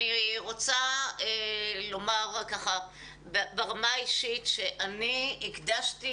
אני רוצה לומר ברמה האישית שאני הקדשתי